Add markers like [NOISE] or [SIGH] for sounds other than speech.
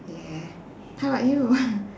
yeah how about you [LAUGHS]